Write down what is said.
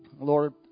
Lord